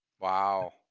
wow